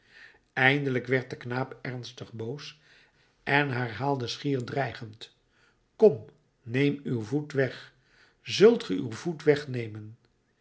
eindelijk werd de knaap ernstig boos en herhaalde schier dreigend kom neem uw voet weg zult ge uw voet wegnemen